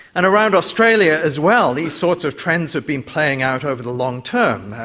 and around australia as well, these sorts of trends have been playing out over the long term.